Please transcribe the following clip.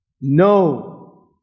no